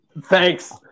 Thanks